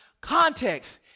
context